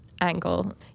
angle